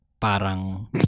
parang